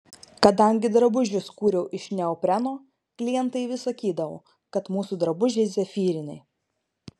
kadangi drabužius kūriau iš neopreno klientai vis sakydavo kad mūsų drabužiai zefyriniai